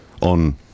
On